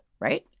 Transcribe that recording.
right